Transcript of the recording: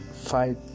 fight